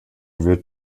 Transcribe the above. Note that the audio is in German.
wird